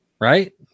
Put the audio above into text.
right